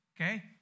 okay